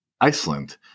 Iceland